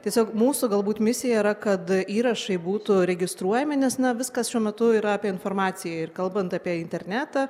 tiesiog mūsų galbūt misija yra kad įrašai būtų registruojami nes na viskas šiuo metu yra apie informaciją ir kalbant apie internetą